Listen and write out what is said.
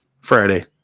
Friday